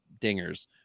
dingers